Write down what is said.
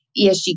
ESG